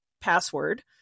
password